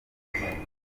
ijambo